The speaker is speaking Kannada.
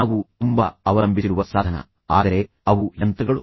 ನಾವು ತುಂಬಾ ಅವಲಂಬಿಸಿರುವ ಸಾಧನ ಆದರೆ ಅವು ಯಂತ್ರಗಳು